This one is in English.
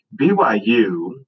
BYU